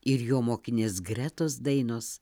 ir jo mokinės gretos dainos